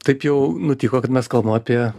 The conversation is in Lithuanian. taip jau nutiko kad mes kalbam apie